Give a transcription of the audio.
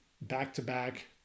back-to-back